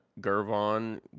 gervon